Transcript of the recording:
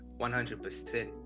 100%